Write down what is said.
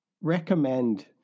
recommend